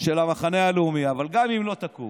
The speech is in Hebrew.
של המחנה הלאומי, אבל גם אם לא תקום